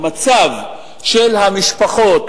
למצב של המשפחות,